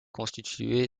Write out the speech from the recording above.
constituée